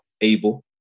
able